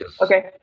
Okay